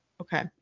Okay